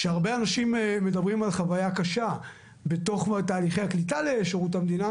שהרבה אנשים מדברים על חוויה קשה בתוך תהליכי הקליטה לשירות המדינה.